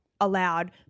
allowed